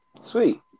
Sweet